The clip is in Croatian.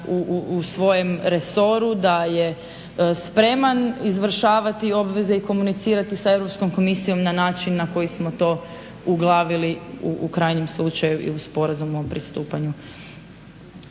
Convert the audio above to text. u svojem resoru da je spreman izvršavati obveze i komunicirati sa Europskom komisijom na način na koji smo to uglavili u krajnjem slučaju i uz porez o pristupanju.